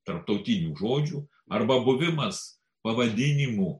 tarptautinių žodžių arba buvimas pavadinimų